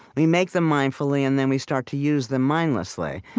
we make them mindfully, and then we start to use them mindlessly,